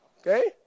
Okay